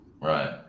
Right